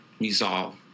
resolve